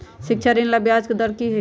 शिक्षा ऋण ला ब्याज दर कि हई?